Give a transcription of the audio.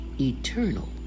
eternal